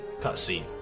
cutscene